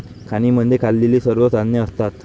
खाणींमध्ये खाल्लेली सर्व धान्ये असतात